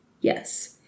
Yes